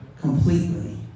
completely